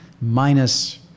minus